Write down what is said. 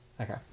Okay